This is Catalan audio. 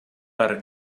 per